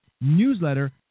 newsletter